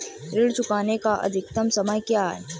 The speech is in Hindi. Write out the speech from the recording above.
ऋण चुकाने का अधिकतम समय क्या है?